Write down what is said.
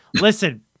Listen